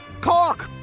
Cork